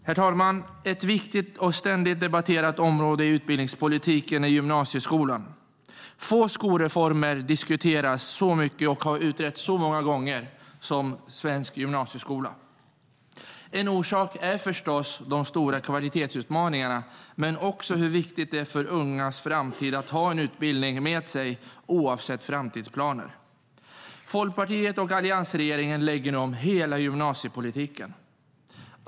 Herr talman! Ett viktigt och ständigt debatterat område i utbildningspolitiken är gymnasieskolan. Få skolformer diskuteras så mycket och har utretts så många gånger som svensk gymnasieskola. En orsak är förstås de stora kvalitetsutmaningarna men också hur viktigt det är för ungas framtid att ha en utbildning med sig oavsett framtidsplaner. Folkpartiet och regeringen lägger nu om hela gymnasiepolitiken.